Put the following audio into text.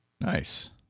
Nice